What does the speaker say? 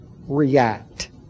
react